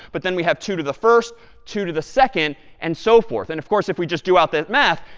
but then we have two to the first, two to the second, and so forth. and of course, if we just do out that math,